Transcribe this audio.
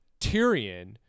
Tyrion